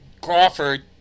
Crawford